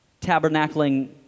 tabernacling